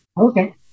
Okay